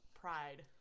Pride